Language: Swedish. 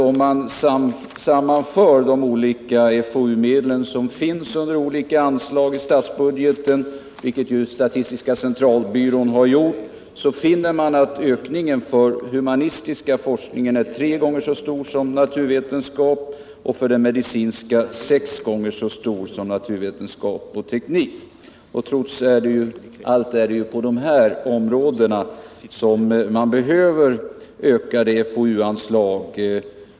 Om man sammanför de olika FoU-medlen som finns under olika anslag i statsbudgeten — vilket ju statistiska centralbyrån har gjort —så finner man att ökningen för den humanistiska forskningen är tre gånger så stor som ökningen för den naturvetenskapliga och att ökningen för den medicinska forskningen är sex gånger så stor som när det gäller naturvetenskap och teknik. Trots allt är det ju på dessa sistnämnda områden som man behöver ökade FoU-anslag.